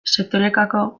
sektorekako